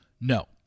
No